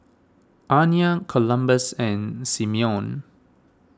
Aniya Columbus and Simeon